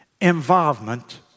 involvement